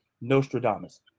Nostradamus